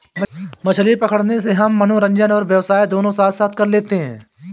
मछली पकड़ने से हम मनोरंजन और व्यवसाय दोनों साथ साथ कर लेते हैं